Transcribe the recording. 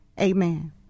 Amen